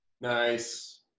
Nice